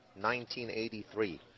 1983